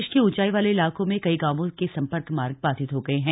प्रदेश के ऊंचाई वाले इलाकों में कई गांवों के सम्पर्क मार्ग बाधित हो गए हैं